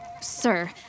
sir